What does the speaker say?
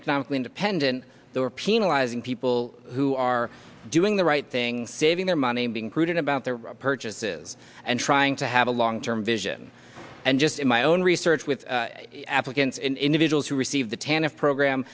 economically independent they are penalizing people who are doing the right thing saving their money being prudent about their purchases and trying to have a long term vision and just in my own research with applicants individuals who receive the